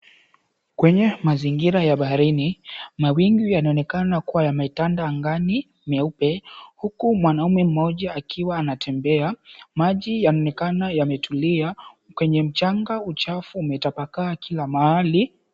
Kwenye mazingira ya baharini, mawingu yanaonekana kuwa yametanda angani, nyeupe, huku mwanamme mmoja akiwa anatembea. Maji yanaonekana yametulia. Kwenye mchanga uchafu umetapakaa kila mahali.